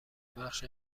بخش